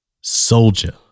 Soldier